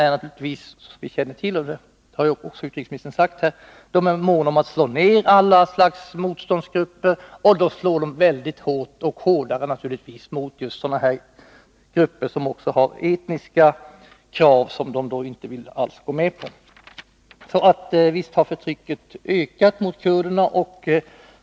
Som utrikesministern också har sagt är ju militärjuntan mån om att slå ner alla slags motståndsgrupper, och då slår den givetvis hårdare mot just befolkningsgrupper som har etniska krav som juntan inte vill gå med på. Så visst har förtrycket mot kurderna ökat.